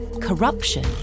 corruption